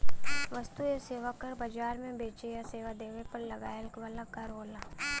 वस्तु एवं सेवा कर बाजार में बेचे या सेवा देवे पर लगाया वाला कर होला